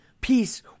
Peace